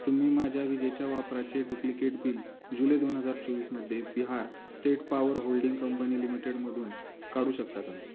तुम्ही माझ्या विजेच्या वापराचे डुप्लिकेट बिल जुलै दोन हजार चोवीसमध्ये Bihar state power holding company लिमिटेडमधून काढू शकता का